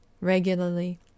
regularly